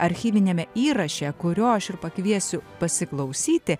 archyviniame įraše kurio aš ir pakviesiu pasiklausyti